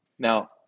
Now